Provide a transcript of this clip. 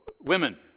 women